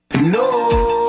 No